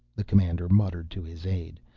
the commander muttered to his aide.